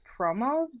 promos